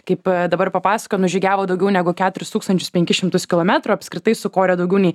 kaip dabar papasakojo nužygiavo daugiau negu keturis tūkstančius penkis šimtus kilometrų apskritai sukorė daugiau nei